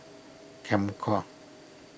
Comcare